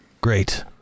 Great